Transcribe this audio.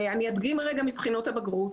אני אדגים רגע מבחינות הבגרות.